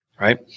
Right